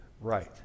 right